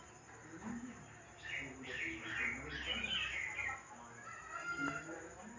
क्या पंजीकरण ज़मीन पर ऋण मिल सकता है?